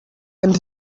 and